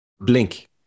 blink